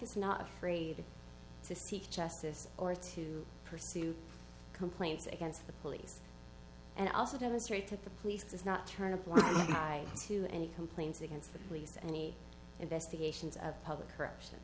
is not afraid to seek justice or to pursue complaints against the police and also demonstrated the police does not turn a blind eye to any complaints against the police any investigations of public corruption